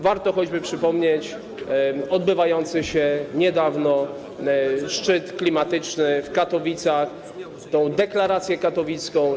Warto choćby przypomnieć odbywający się niedawno szczyt klimatyczny w Katowicach, tę deklarację katowicką.